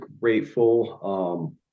grateful